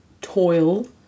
toil